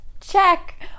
check